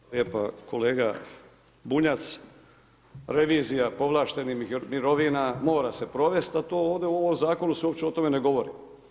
Hvala lijepo kolega Bunjac, revizija povlaštenih mirovina, mora se provesti, a to ovdje u ovom zakonu se uopće o tome ne govori.